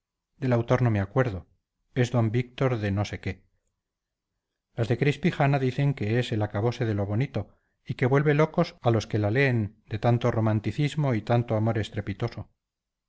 del autor no me acuerdo es d victor de no sé qué las de crispijana dicen que es el acabose de lo bonito y que vuelve locos a los que la leen de tanto romanticismo y tanto amor estrepitoso